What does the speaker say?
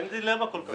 אין דילמה כל כך,